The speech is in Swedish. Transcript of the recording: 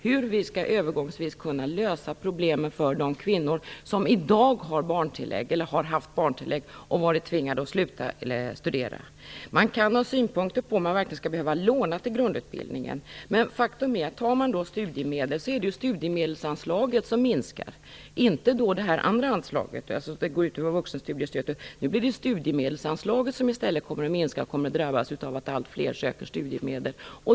Hur skall vi under en övergångsperiod lösa problemen för de kvinnor som har haft barntillägg och varit tvingade att sluta att studera? Man kan ha synpunkter på om man verkligen skall behöva låna till grundutbildningen. Men faktum är att tar man studiemedel är det sudiemedelsanslaget som minskar, inte vuxenstudiestödet. Det blir studiemedelsanslaget som kommer att drabbas, genom att allt fler söker studiemedel.